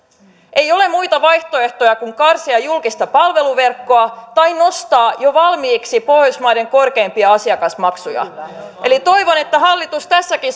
ei ole muita vaihtoehtoja kuin karsia julkista palveluverkkoa tai nostaa jo valmiiksi pohjoismaiden korkeimpia asiakasmaksuja eli toivon että hallitus tässäkin